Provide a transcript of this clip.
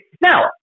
now